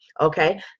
Okay